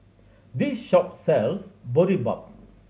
this shop sells Boribap